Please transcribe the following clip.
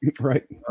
Right